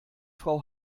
frau